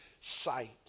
sight